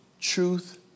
truth